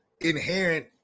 inherent